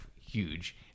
huge